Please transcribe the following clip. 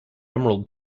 emerald